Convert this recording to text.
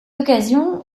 occasion